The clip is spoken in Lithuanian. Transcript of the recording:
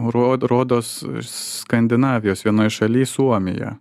rodos skandinavijos vienoj šalyj suomijoj